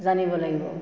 জানিব লাগিব